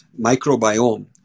microbiome